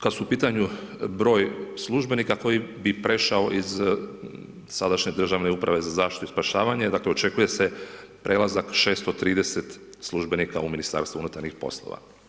Kada su u pitanju broj službenika koji bi prešao iz sadašnje državne uprave za zaštitu i spašavanje, očekuje se 630 službenika u Ministarstvu unutarnjih poslova.